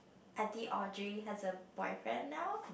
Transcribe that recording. Ardy Audrey has a boyfriend now